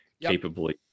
capably